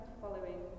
following